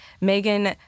Megan